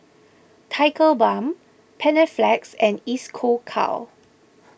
Tigerbalm Panaflex and Isocal